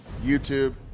youtube